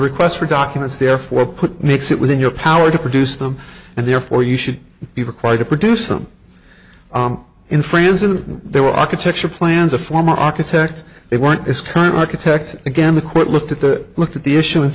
requests for documents therefore put makes it within your power to produce them and therefore you should be required to produce them in france and they were architectural plans a former architect they weren't as current architect again the quote looked at that looked at the issue and